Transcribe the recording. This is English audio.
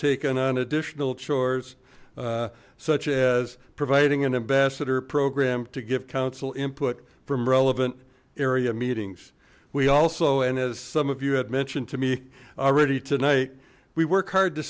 taken on additional chores such as providing an ambassador program to give council input from relevant area meetings we also and as some of you had mentioned to me already tonight we work hard to